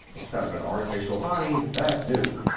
instead of an artificial body, that's new.